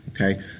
okay